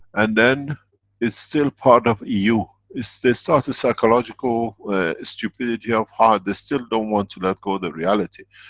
and then it's still part of eu. is they started psychological stupidity of hard, they still don't want to let go the reality.